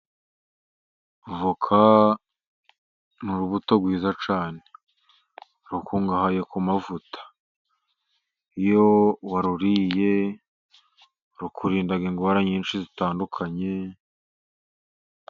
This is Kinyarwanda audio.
Voka ni urubuto rwiza cyane, rukungahaye ku mavuta. Iyo waruriye rukurinda indwara nyinshi zitandukanye.